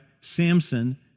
Samson